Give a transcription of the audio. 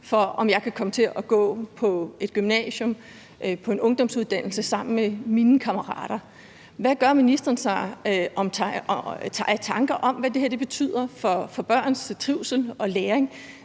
til om man kan komme til at gå på et gymnasium, på en ungdomsuddannelse sammen med ens kammerater. Hvad gør ministeren sig af tanker om, hvad det her betyder for børns trivsel og læring,